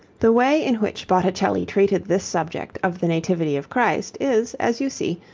the way in which botticelli treated this subject of the nativity of christ, is, as you see,